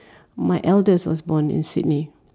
my eldest was born in Sydney